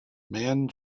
man